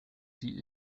fiel